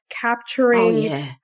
capturing